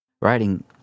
writing